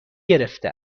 گرفته